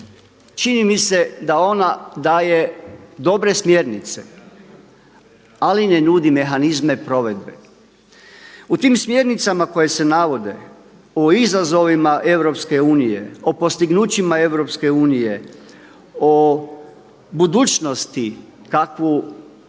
čini mi se da ona daje dobre smjernice, ali ne nudi mehanizme provedbe. U tim smjernicama koje se navode, o izazovima EU, o postignućima EU, o budućnosti kakvu tražimo